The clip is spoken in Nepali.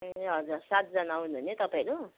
ए हजुर सातजना आउनुहुने तपाईँहरू